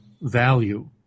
value